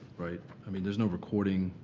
i mean there's no recording,